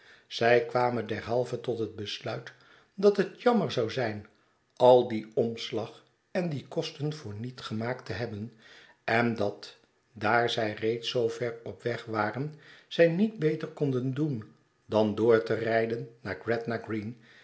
zij kwamen derhalve tot het besluit dat het jammer zou zijn al dien omslag en die kosten voorniet gemaakt te hebben en dat daar zij reeds zoo ver op weg waren zij niet beter konden doen dan doorte rijden naar gretna green